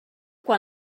quan